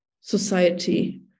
society